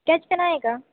sketch pen आहे का